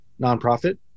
nonprofit